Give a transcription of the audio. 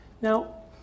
Now